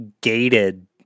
gated